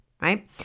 right